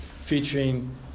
featuring